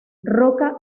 roca